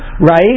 Right